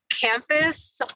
campus